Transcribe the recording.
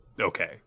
Okay